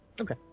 Okay